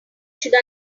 should